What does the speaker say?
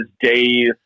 days